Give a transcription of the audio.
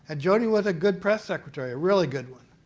ah jody was a good press secretary, a really good one,